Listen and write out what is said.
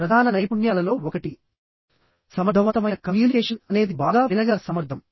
ప్రధాన నైపుణ్యాలలో ఒకటి సమర్థవంతమైన కమ్యూనికేషన్ అనేది బాగా వినగల సామర్థ్యం